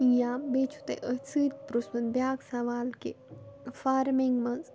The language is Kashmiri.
یا بیٚیہِ چھُ تۄہہِ أتھۍ سۭتۍ پرُژمُت بیٛاکھ سَوال کہِ فارمِنٛگ منٛز